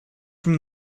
from